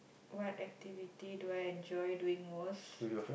what activity do I enjoy doing most